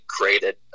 created